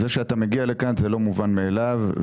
זה שאתה מגיע לכאן, זה לא מובן מאליו.